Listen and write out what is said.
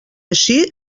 així